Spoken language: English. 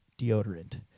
deodorant